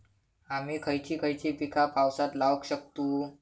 आम्ही खयची खयची पीका पावसात लावक शकतु?